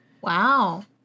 Wow